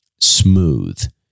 smooth